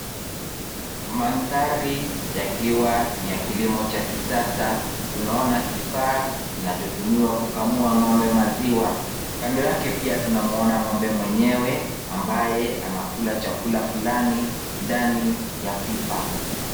Maanthari yakiwa ni ya kilimo cha kisasa, tunaona kifaa kinachotumiwa kukamua ngombe maziwa. Kando yake pia tunamwona ngombe mwenyewe ambaye anakula chakula fulani ndani ya pipa.